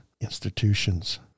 institutions